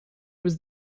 was